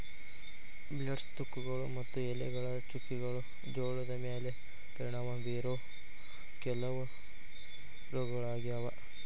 blights, ತುಕ್ಕುಗಳು ಮತ್ತು ಎಲೆಗಳ ಚುಕ್ಕೆಗಳು ಜೋಳದ ಮ್ಯಾಲೆ ಪರಿಣಾಮ ಬೇರೋ ಕೆಲವ ರೋಗಗಳಾಗ್ಯಾವ